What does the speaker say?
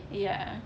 ya